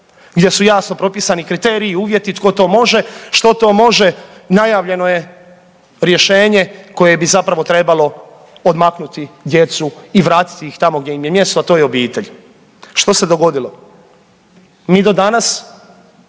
gdje su jasno propisani kriteriji i uvjeti tko to može, što to može najavljeno je rješenje koje bi zapravo trebalo odmaknuti djecu i vratiti ih tamo gdje im je mjesto, a to je obitelj. Što se dogodilo? Mi do danas,